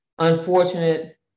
unfortunate